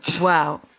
wow